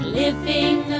living